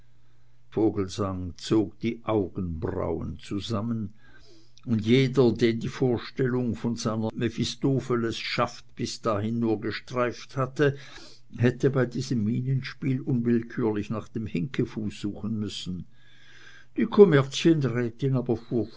vogelsang zog die augenbrauen zusammen und jeder den die vorstellung von seiner mephistophelesschaft bis dahin nur gestreift hatte hätte bei diesem mienenspiel unwillkürlich nach dem hinkefuß suchen müssen die kommerzienrätin aber